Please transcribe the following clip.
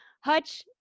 Hutch